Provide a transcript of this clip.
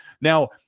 Now